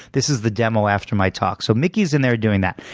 this is the demo after my talk. so mickey's in there doing that.